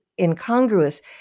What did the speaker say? incongruous